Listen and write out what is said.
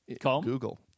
Google